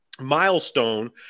milestone